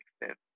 extent